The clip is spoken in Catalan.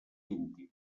íntims